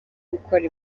gukora